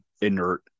inert